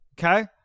Okay